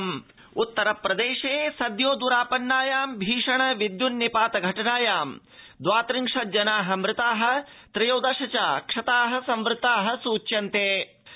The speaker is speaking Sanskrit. उत्तरप्रदेश विद्यन्निपात उत्तरप्रदेशे सद्यो द्रापन्नायां भीषण विद्युन्निपात घटनायां द्वात्रिंशज्जना मृता त्रयोदश च क्षता संवृत्ता सूच्यन्ते